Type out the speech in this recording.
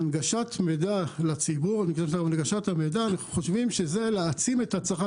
הנגשת מידע לציבור זה להעצים את הצרכן.